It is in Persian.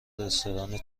رستوران